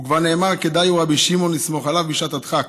וכבר נאמר: "כדאי הוא רבי שמעון לסמוך עליו בשעת הדחק".